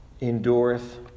endureth